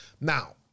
now